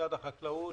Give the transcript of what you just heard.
משרד החקלאות